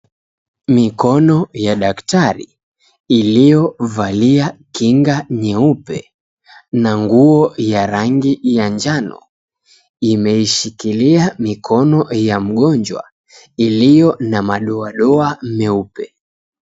Mikono ya daktari iliovalia kinga nyeupe na nguo ya rangi ya njano imeishikilia mikono ya mgonjwa ilio na madoadoa meupe.